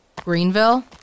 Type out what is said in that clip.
Greenville